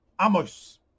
Amos